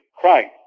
Christ